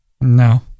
No